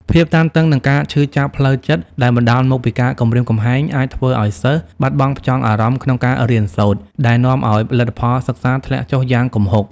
ភាពតានតឹង និង ការឈឺចាប់ផ្លូវចិត្ត ដែលបណ្តាលមកពីការគំរាមកំហែងអាចធ្វើឲ្យសិស្សពិបាកផ្ចង់អារម្មណ៍ក្នុងការរៀនសូត្រ ដែលនាំឲ្យ លទ្ធផលសិក្សាធ្លាក់ចុះយ៉ាងគំហុក។